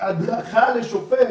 הדרכה לשופט